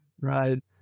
Right